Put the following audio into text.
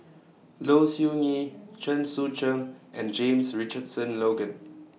Low Siew Nghee Chen Sucheng and James Richardson Logan